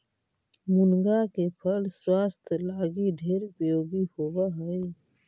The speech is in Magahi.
मुनगा के फल स्वास्थ्य लागी ढेर उपयोगी होब हई